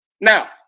Now